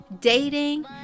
dating